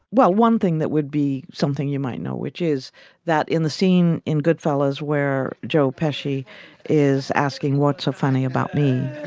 well, one thing that would be something you might know, which is that in the scene in goodfellas, where joe pesci is asking what's so funny about me?